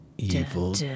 Evil